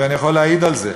ואני יכול להעיד על זה.